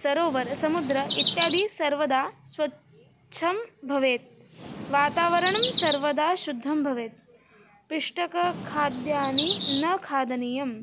सरोवरः समुद्रम् इत्यादिः सर्वदा स्वच्छं भवेत् वातावरणं सर्वदा शुद्धं भवेत् पिष्टकखाद्यानि न खादनीयम्